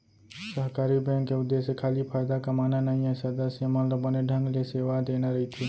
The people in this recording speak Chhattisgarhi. सहकारी बेंक के उद्देश्य खाली फायदा कमाना नइये, सदस्य मन ल बने ढंग ले सेवा देना रइथे